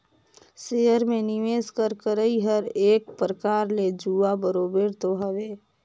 share में निवेस कर करई हर एक परकार ले जुआ बरोबेर तो हवे